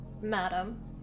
madam